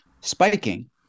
spiking